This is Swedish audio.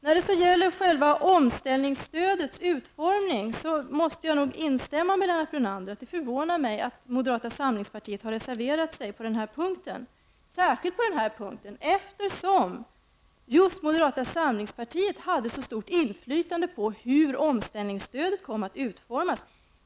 När det så gäller själva omställningsstödets utformning måste jag nog instämma med Lennart Brunander att det förvånar mig att moderata samlingspartiet har reserverat sig särskilt på denna punkt, eftersom just moderata samlingspartiet hade ett så stort inflytande på hur omställningsstödet kom att utformas.